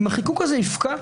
אם החיקוק הזה יפקע,